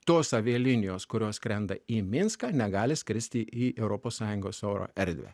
tos avialinijos kurios skrenda į minską negali skristi į europos sąjungos oro erdvę